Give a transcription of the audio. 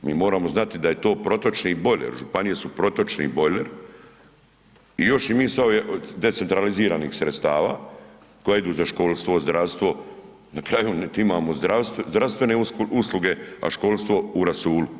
Mi moramo znati da je to protočni bojler, županije su protočni bojler i još mi im s ovih decentraliziranih sredstava koja idu za školstvo, zdravstvo, na kraju niti imamo zdravstvene usluge, a školstvo u rasulu.